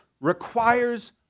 requires